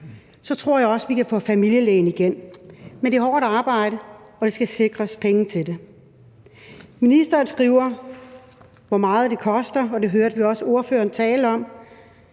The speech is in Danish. så tror jeg også, at vi kan få familielægen igen. Men det er hårdt arbejde, og der skal sikres penge til det. Ministeren skriver, hvor meget det koster, og det hørte vi også ordføreren tale om,